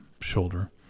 shoulder